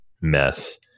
mess